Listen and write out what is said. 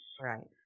Right